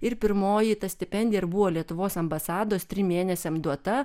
ir pirmoji ta stipendija ir buvo lietuvos ambasados trim mėnesiam duota